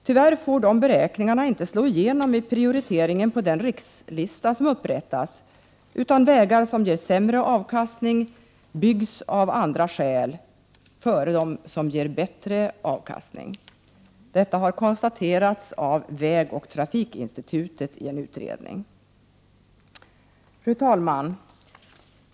Tyvärr får inte dessa beräkningar slå igenom när det gäller prioriteringen på den rikslista som upprättas, utan vägar som ger sämre avkastning byggs av hänsyn till andra faktorer före dem som ger bättre avkastning. Detta har vägoch trafikinstitutet konstaterat i en utredning. Fru talman!